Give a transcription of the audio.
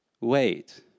wait